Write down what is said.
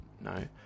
no